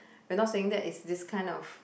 I'm not saying that is this kind of